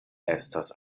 estas